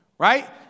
Right